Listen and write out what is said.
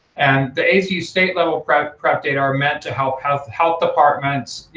and the aidsvu state level prep prep data are meant to help health health departments,